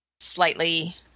slightly